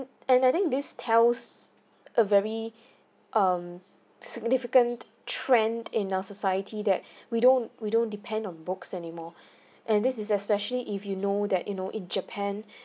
and I think this tells a very um significant trend in our society that we don't we don't depend on books anymore and this is especially if you know that you know in japan